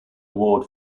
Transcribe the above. award